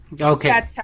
Okay